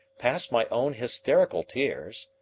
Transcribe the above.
past my own hysterical tears,